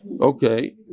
Okay